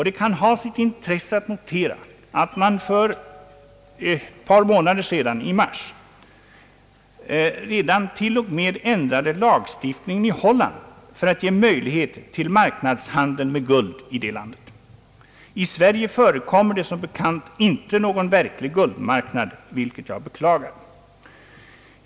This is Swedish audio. Det kan ha sitt intresse att notera att man för ett par månader sedan — i mars — till och med ändrade lagstiftningen i Holland för att ge möjlighet till marknadshandel med guld i det landet. I Sverige förekommer som bekant inte någon verklig guldmarknad, vilket jag beklagar.